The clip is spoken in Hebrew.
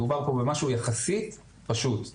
מדובר פה במשהו יחסית פשוט.